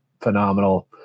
phenomenal